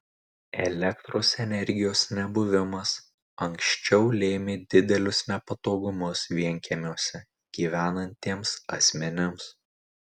elektros energijos nebuvimas anksčiau lėmė didelius nepatogumus vienkiemiuose gyvenantiems asmenims